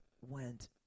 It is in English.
went